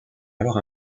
alors